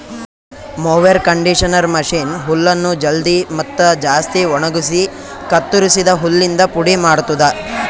mower conditioner machine ಹುಲ್ಲನ್ನು ಜಲ್ದಿ ಮತ್ತ ಜಾಸ್ತಿ ಒಣಗುಸಿ ಕತ್ತುರಸಿದ ಹುಲ್ಲಿಂದ ಪುಡಿ ಮಾಡ್ತುದ